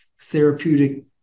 therapeutic